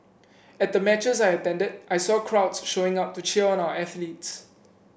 at the matches I attended I saw crowds showing up to cheer on our athletes